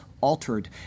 altered